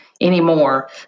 anymore